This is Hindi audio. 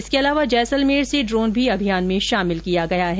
इसके अलावा जैसलमेर से ड्रोन भी अभियान में शामिल किया गया है